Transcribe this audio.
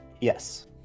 yes